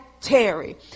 Terry